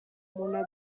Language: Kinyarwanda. umuntu